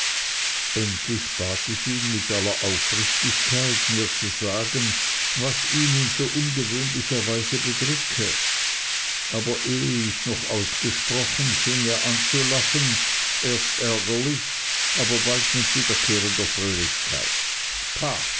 endlich bat ich ihn mit aller aufrichtigkeit mir zu sagen was ihn in so ungewöhnlicher weise bedrücke aber ehe ich noch ausgesprochen fing er an zu lachen erst ärgerlich aber bald mit wiederkehrender fröhlichkeit pah